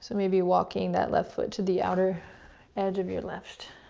so maybe walking that left foot to the outer edge of your left